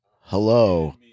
hello